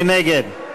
מי נגד?